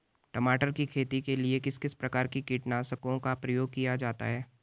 टमाटर की खेती के लिए किस किस प्रकार के कीटनाशकों का प्रयोग किया जाता है?